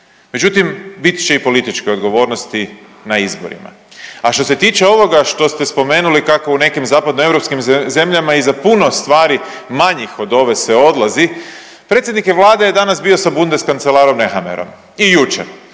Međutim, bit će i političke odgovornosti na izborima. A što se tiče ovoga što ste spomenuli kako u nekim zapadno europskim zemljama i za puno stvari manjih od ove se odlazi predsjednik Vlade je danas bio sa Bundes kancelarom Nehammerom i jučer.